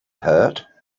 hurt